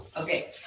Okay